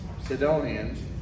Sidonians